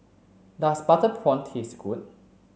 does butter prawn taste good